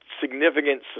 significant